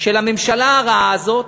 של הממשלה הרעה הזאת,